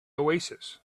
oasis